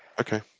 okay